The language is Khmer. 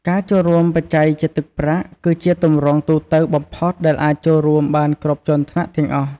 ការចូលរួមបច្ច័យជាទឹកប្រាក់ គឺជាទម្រង់ទូទៅបំផុតដែលអាចចូលបានគ្រប់ជាន់ថ្នាក់ទាំងអស់។